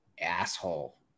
Asshole